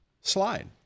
slide